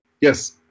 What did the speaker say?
yes